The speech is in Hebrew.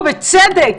ובצדק,